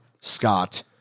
Scott